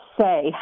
say